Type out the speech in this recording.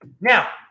Now